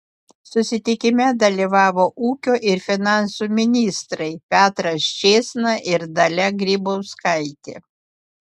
susitikime dalyvavo ūkio ir finansų ministrai petras čėsna ir dalia grybauskaitė